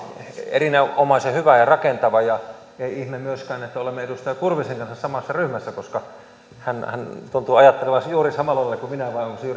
erinomaisen hyvä ja rakentava ei ihme myöskään että olemme edustaja kurvisen kanssa samassa ryhmässä koska hän tuntuu ajattelevan juuri samalla lailla kuin minä